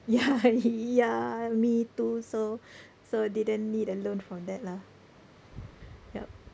ya ya me too so so didn't need a loan for that lah yup